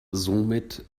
somit